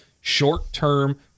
short-term